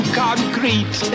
concrete